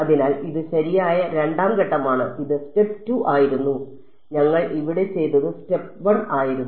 അതിനാൽ ഇത് ശരിയായ രണ്ടാം ഘട്ടമാണ് ഇത് സ്റ്റെപ്പ് 2 ആയിരുന്നു ഞങ്ങൾ ഇവിടെ ചെയ്തത് സ്റ്റെപ്പ് 1 ആയിരുന്നു